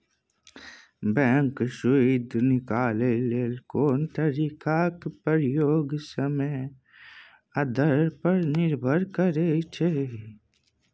bank सुदि निकालय लेल कोन तरीकाक प्रयोग करतै समय आ दर पर निर्भर करै छै